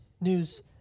News